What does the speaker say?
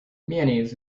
mayonnaise